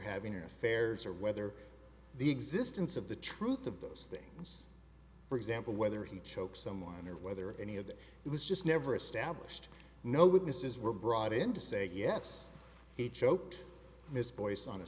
having affairs or whether the existence of the truth of those things for example whether he choked someone or whether any of that it was just never established no witnesses were brought in to say yes he choked miss boyce on a